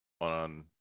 on